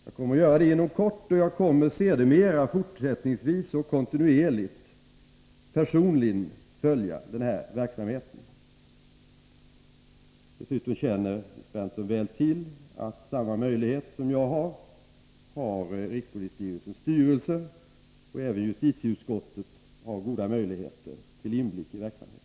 Det kommer jag att göra inom kort, och jag kommer sedermera, fortsättningsvis och kontinuerligt personligen att följa den här verksamheten. Dessutom känner Nils Berndtson väl till att samma möjlighet som jag har rikspolisstyrelsens styrelse — och även justitieutskottet har goda möjligheter till inblick i verksamheten.